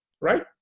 right